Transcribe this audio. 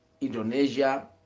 indonesia